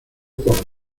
por